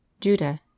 Judah